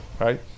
right